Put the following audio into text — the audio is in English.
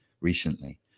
recently